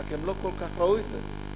רק הם לא כל כך ראו את זה.